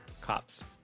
Cops